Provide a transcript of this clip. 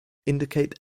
indicates